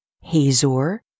Hazor